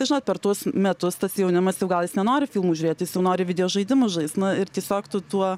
žinot per tuos metus tas jaunimas jau gal jis nenori filmų žiūrėt su jau nori video žaidimus žaist ir tiesiog tu tuo